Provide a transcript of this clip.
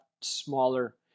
smaller